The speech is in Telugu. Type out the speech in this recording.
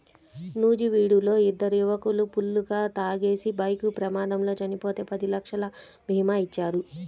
నూజివీడులో ఇద్దరు యువకులు ఫుల్లుగా తాగేసి బైక్ ప్రమాదంలో చనిపోతే పది లక్షల భీమా ఇచ్చారు